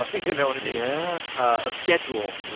ah you know what i mean? yeah of schedule.